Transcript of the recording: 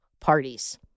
parties